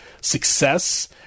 success